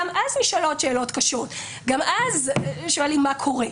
גם אז נשאלות שאלות קשות; גם אז שואלים מה קורה.